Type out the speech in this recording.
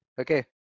okay